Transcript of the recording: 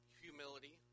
humility